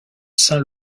saint